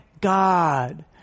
God